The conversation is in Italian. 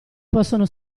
possono